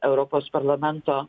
europos parlamento